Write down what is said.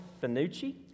Finucci